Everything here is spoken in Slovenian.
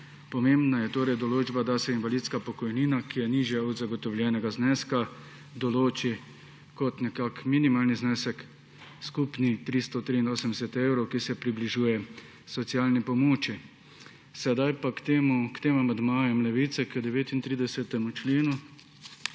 Pomembna je določba, da se invalidska pokojnina, ki je nižja od zagotovljenega zneska, določi kot minimalni znesek, skupni 383 evrov, ki se približuje socialni pomoči. K tem amandmajem Levice k 39. členu.